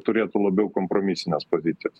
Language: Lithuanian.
turėtų labiau kompromisines pozicijas